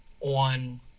on